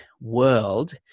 world